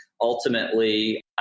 Ultimately